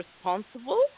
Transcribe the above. responsible